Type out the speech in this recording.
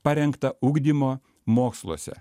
parengta ugdymo moksluose